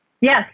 Yes